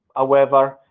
however,